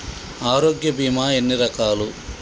ఆరోగ్య బీమా ఎన్ని రకాలు?